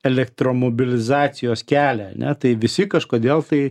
elektromobilizacijos kelią ane tai visi kažkodėl tai